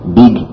big